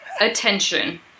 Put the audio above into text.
Attention